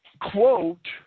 quote